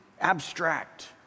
abstract